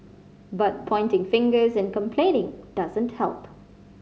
but pointing fingers and complaining doesn't help